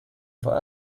for